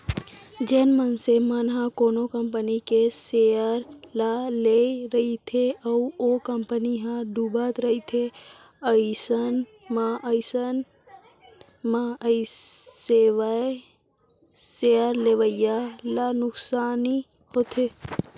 जेन मनसे मन ह कोनो कंपनी के सेयर ल लेए रहिथे अउ ओ कंपनी ह डुबत रहिथे अइसन म अइसन म सेयर लेवइया ल नुकसानी होथे